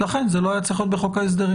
לכן זה לא היה צריך להיות בחוק ההסדרים.